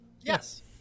Yes